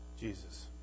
Jesus